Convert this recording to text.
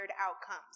outcomes